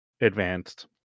advanced